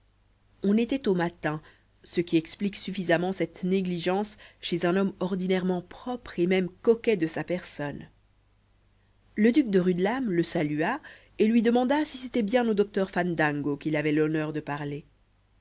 on était au matin ce qui explique suffisamment cette négligence chez un homme ordinairement propre et même coquet de sa personne le duc de rudelame le salua et lui demanda si c'était bien au docteur fandango qu'il avait l'honneur de parler